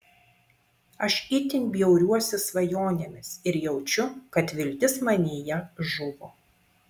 aš itin bjauriuosi svajonėmis ir jaučiu kad viltis manyje žuvo